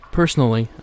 personally